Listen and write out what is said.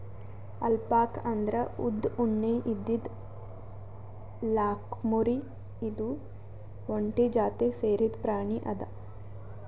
alpaca ಅಂದ್ರ ಉದ್ದ್ ಉಣ್ಣೆ ಇದ್ದಿದ್ ಲ್ಲಾಮ್ಕುರಿ ಇದು ಒಂಟಿ ಜಾತಿಗ್ ಸೇರಿದ್ ಪ್ರಾಣಿ ಅದಾ